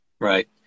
Right